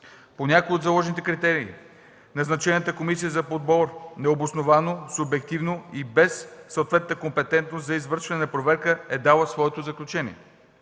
По някои от заложените критерии назначената комисия за подбор необосновано, субективно и без съответната компетентност за извършване на проверка, е дала своето заключение.